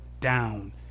down